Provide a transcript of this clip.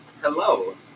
Hello